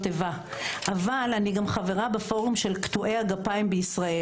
איבה אבל אני גם חברה בפורום של קטועי הגפיים בישראל